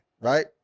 right